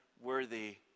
worthy